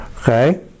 Okay